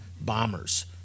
bombers